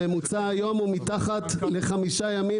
הממוצע היום הוא מתחת לחמישה ימים